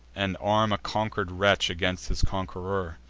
and arm a conquer'd wretch against his conqueror?